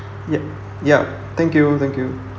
ya ya thank you thank you